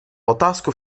otázku